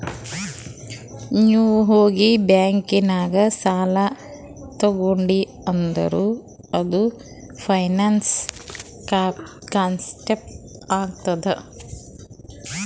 ನೀ ಹೋಗಿ ಬ್ಯಾಂಕ್ ನಾಗ್ ಸಾಲ ತೊಂಡಿ ಅಂದುರ್ ಅದು ಫೈನಾನ್ಸ್ ಕಾನ್ಸೆಪ್ಟ್ ಆತ್ತುದ್